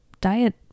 diet